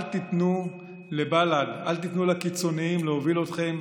אל תיתנו לבל"ד, אל תיתנו לקיצונים להוביל אתכם.